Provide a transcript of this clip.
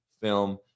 film